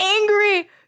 angry